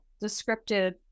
descriptive